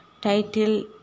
title